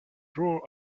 draw